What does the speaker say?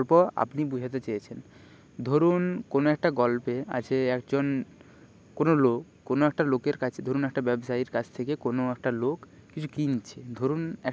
যাতে কোনও না কোনও ক্ষয়ক্ষতি না হয় এবং আমি একাই দৌড়ই এই কারণে একাই দৌড়ই কারণ আমি অন্যান্য কাউকে পাই না আমি অন্যদের জন্য